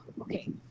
Okay